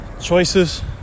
choices